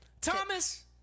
Thomas